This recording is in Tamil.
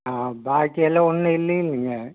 ஆ பாக்கி எல்லாம் ஒன்று இல்லைல்லிங்க